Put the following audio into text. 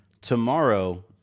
tomorrow